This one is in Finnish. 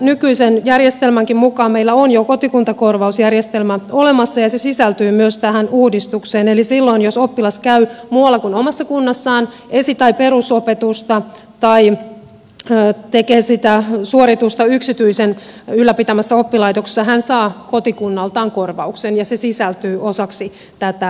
nykyisen järjestelmänkin mukaan meillä on jo kotikuntakorvausjärjestelmä olemassa ja se sisältyy myös tähän uudistukseen eli silloin jos oppilas käy muualla kuin omassa kunnassaan esi tai perusopetusta tai tekee sitä suoritusta yksityisen ylläpitämässä oppilaitoksessa hän saa kotikunnaltaan korvauksen ja se sisältyy osaksi tätä lainsäädäntöä